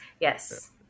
Yes